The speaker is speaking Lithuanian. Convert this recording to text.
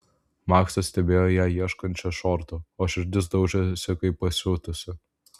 maksas stebėjo ją ieškančią šortų o širdis daužėsi kaip pasiutusi